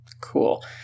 Cool